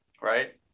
right